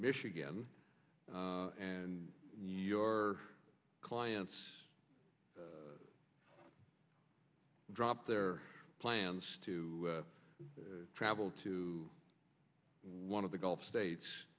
michigan and your clients drop their plans to travel to one of the gulf states